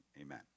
Amen